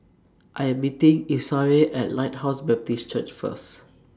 I Am meeting Esau At Lighthouse Baptist Church First